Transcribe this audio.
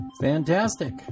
Fantastic